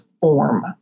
form